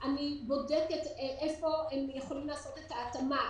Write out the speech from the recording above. אני בודקת איפה הם יכולים לעשות את ההתאמה.